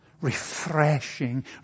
refreshing